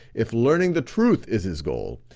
if learning the truth is his goal,